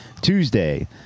Tuesday